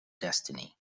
destiny